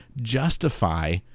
justify